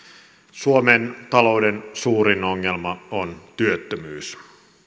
suomen talouden suurin ongelma on työttömyys